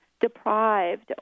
deprived